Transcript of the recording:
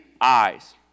eyes